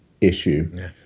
issue